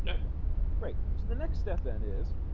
yeah okay great so the next step then is